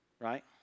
right